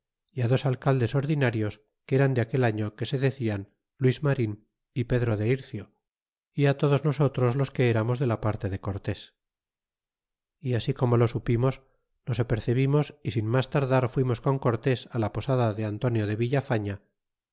y dos alcaldes ordinarios que eran de aquel año que se decian luis mann y pedro de ira y todos nosotros los que eramos de la parte de cortés y así como lo supimos nos apercebimos y sin mas tardar fuimos con cortés la posada de antonio de villafaña